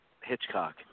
Hitchcock